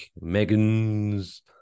Megan's